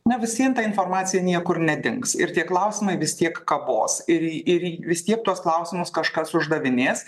na vis vien ta informacija niekur nedings ir tie klausimai vis tiek kabos ir ir vis tiek tuos klausimus kažkas uždavinės